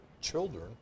children